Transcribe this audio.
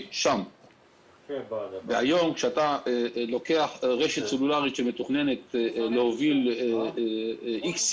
היום רשת סלולרית שמתוכננת להוביל מספר מסוים של